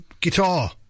guitar